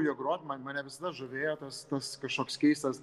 juo grot man mane visada žavėjo tas tas kažkoks keistas